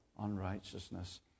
unrighteousness